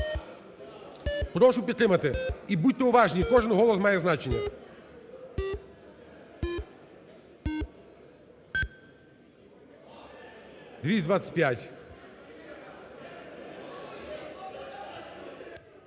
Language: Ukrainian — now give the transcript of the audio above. Прошу підтримати. І будьте уважні, кожен голос має значення.